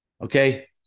Okay